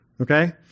okay